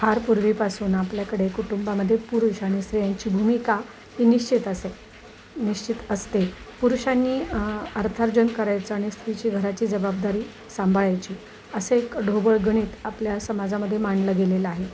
फार पूर्वीपासून आपल्याकडे कुटुंबामध्ये पुरुष आणि स्त्रियांची भूमिका ही निश्चित असे निश्चित असते पुरुषांनी आ अर्थार्जन करायचं आणि स्त्रीची घराची जबाबदारी सांभाळायची असं एक ढोबळ गणित आपल्या समाजामध्ये मांडलं गेलेलं आहे